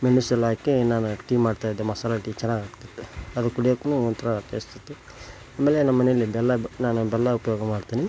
ಮೆಣಸೆಲ್ಲ ಹಾಕಿ ನಾನು ಟೀ ಮಾಡ್ತಾ ಇದ್ದೆ ಮಾಸಾಲೆ ಟೀ ಚೆನ್ನಾಗಿ ಆಗ್ತಿತ್ತು ಅದು ಕುಡಿಯಕ್ಕೂನು ಒಂಥರ ಟೇಸ್ಟ್ ಇತ್ತು ಆಮೇಲೆ ನಮ್ಮ ಮನೆಲ್ಲಿ ಬೆಲ್ಲದ್ದು ನಾನು ಬೆಲ್ಲ ಉಪಯೋಗ ಮಾಡ್ತೀನಿ